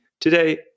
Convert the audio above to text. Today